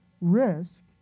risk